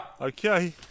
Okay